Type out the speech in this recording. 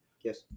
Yes